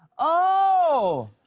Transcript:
oh!